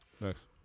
Nice